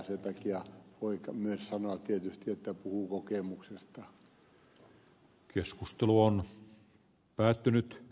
sen takia voi myös tietysti sanoa että puhun kokemuksesta